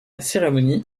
cérémonie